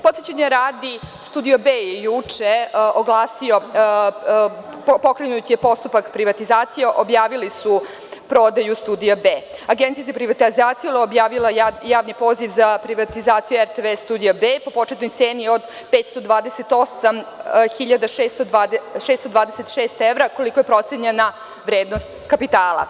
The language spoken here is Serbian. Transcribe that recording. Podsećanja radi, Studio B je juče oglasio da je pokrenut postupak privatizacije, objavili su prodaju Studia B. Agencija za privatizaciju je objavila javni poziv za privatizaciju RTV Studio B po početnoj ceni 528.626 evra, kolika je procenjena vrednost kapitala.